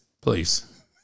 please